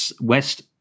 West